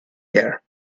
there